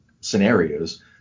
scenarios